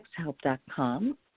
sexhelp.com